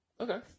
Okay